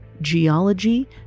geology